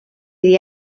iddi